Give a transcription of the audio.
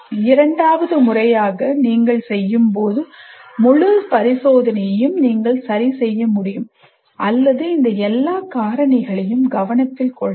இரண்டாவது முறையாக நீங்கள் செய்யும்போது முழு பரிசோதனையையும் நீங்கள் சரிசெய்ய முடியும் அல்லது இந்த எல்லா காரணிகளையும் கவனத்தில் கொள்ளலாம்